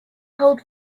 cold